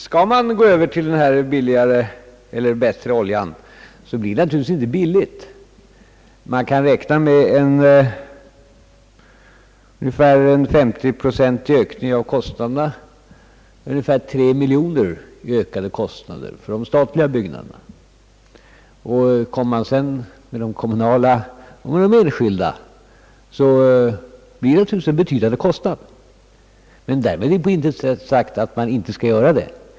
Skall man gå över till den bättre oljan, så blir det naturligt inte billigt. Man kan räkna med ungefär 50 procents ökning av kostnaderna. Det blir ungefär 3 miljoner kronor i ökade kostnader för de statliga byggnaderna. Med de kommunala och enskilda byggnaderna blir det naturligtvis en betydande kostnad, men därmed är naturligtvis på intet sätt sagt att man inte skall göra det.